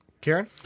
Karen